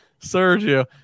Sergio